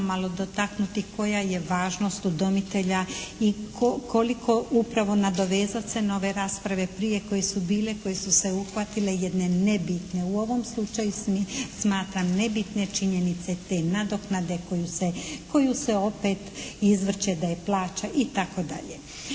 malo dotaknuti koja je važnost udomitelja i koliko upravo nadovezati se na ove rasprave prije koje su bile, koje su se uhvatile jedne nebitne, u ovom slučaju smatram nebitne činjenice te nadoknade koju se, koju se opet izvrće da je plaća i tako dalje.